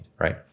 right